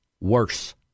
worse